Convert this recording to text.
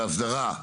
שההסדרה,